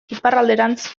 iparralderantz